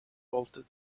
bolted